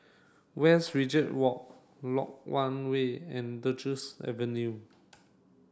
Westridge Walk Lok Yang Way and Duchess Avenue